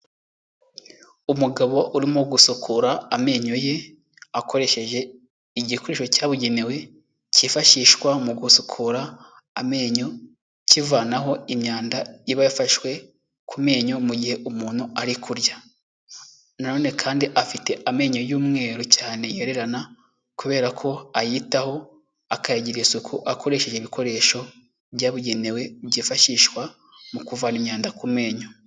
Umugabo urimo gusukura amenyo ye akoresheje igikoresho cyabugenewe kifashishwa mu gusukura amenyo, kivanaho imyanda iba yafashwe ku menyo mu gihe umuntu ari kurya, na one kandi afite amenyo y'umweru cyane yererana kubera ko ayitaho akayagira isuku akoresheje ibikoresho byabugenewe byifashishwa mu kuvana imyanda ku menyo.